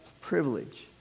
privilege